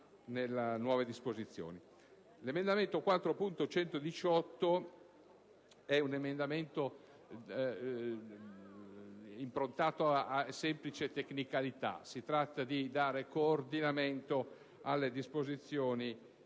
L'emendamento 4.118 è improntato a semplice tecnicalità. Si tratta di dare coordinamento alle disposizioni